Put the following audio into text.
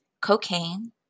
cocaine